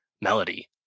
melody